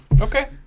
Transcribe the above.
Okay